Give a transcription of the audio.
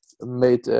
made